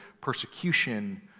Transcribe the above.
persecution